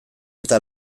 eta